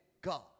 God